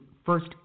First